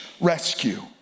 rescue